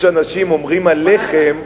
יש אנשים שאומרים עליכם,